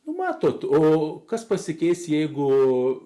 numatote o kas pasikeis jeigu